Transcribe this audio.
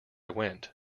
went